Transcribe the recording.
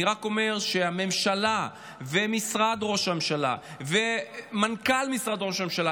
אני רק אומר שהממשלה ומשרד ראש הממשלה ומנכ"ל משרד ראש הממשלה